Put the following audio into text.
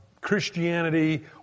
Christianity